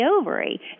ovary